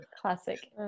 Classic